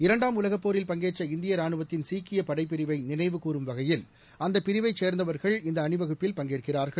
இரண்டாம் உலகப் போரில் பங்கேற்ற இந்திய ரானுவத்தின் சீக்கியப் படைப்பிரிவை நினைவுகூரும் வகையில் அந்தப் பிரிவைச் சேர்ந்தவர்கள் இந்த அணிவகுப்பில் பங்கேற்கிறார்கள்